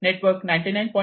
network 99